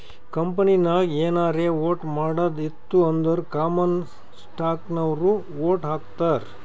ಕಂಪನಿನಾಗ್ ಏನಾರೇ ವೋಟ್ ಮಾಡದ್ ಇತ್ತು ಅಂದುರ್ ಕಾಮನ್ ಸ್ಟಾಕ್ನವ್ರು ವೋಟ್ ಹಾಕ್ತರ್